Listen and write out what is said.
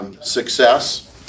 success